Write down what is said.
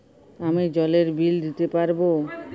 আমি জলের বিল দিতে পারবো?